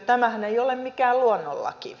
tämähän ei ole mikään luonnonlaki